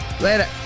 Later